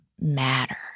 matter